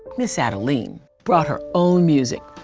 miz adeline brought her own music,